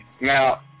Now